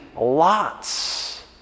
lots